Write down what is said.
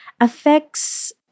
affects